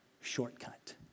shortcut